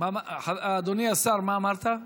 אדוני השר, מה אמרת?